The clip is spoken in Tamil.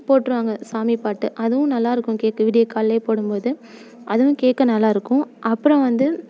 போட்டுருவாங்க சாமி பாட்டு அதுவும் நல்லாயிருக்கும் கேட்க விடியகாலைலே போடும் போது அதுவும் கேட்க நல்லாயிருக்கும் அப்புறம் வந்து